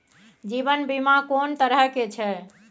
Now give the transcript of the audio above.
जीवन बीमा कोन तरह के छै?